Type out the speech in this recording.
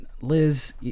Liz